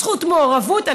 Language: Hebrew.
בזכות המעורבות,